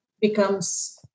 becomes